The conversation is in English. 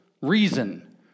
reason